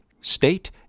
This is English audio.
state